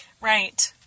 Right